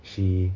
she